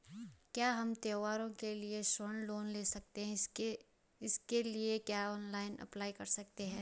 क्या हम त्यौहारों के लिए स्वर्ण लोन ले सकते हैं इसके लिए क्या ऑनलाइन अप्लाई कर सकते हैं?